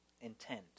intent